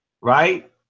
right